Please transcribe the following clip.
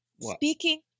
speaking